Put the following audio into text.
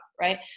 right